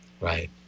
Right